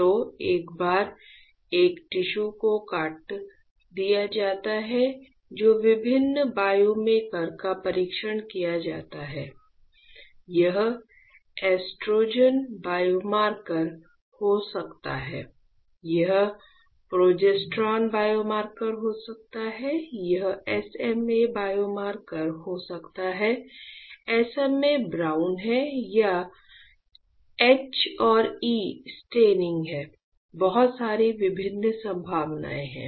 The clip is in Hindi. तो एक बार एक टिश्यू को काट दिया जाता है तो विभिन्न बायोमार्करों का परीक्षण किया जाता है यह एस्ट्रोजन बायोमार्कर हो सकता है यह प्रोजेस्टेरोन बायोमार्कर हो सकता है यह SMA बायोमार्कर हो सकता है SMA ब्राउन है यह H और E स्टेनिंग है बहुत सारी विभिन्न संभावनाएं हैं